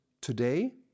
Today